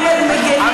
בסדר,